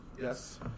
Yes